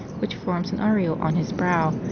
which forms an aureole on his brow,